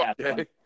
Okay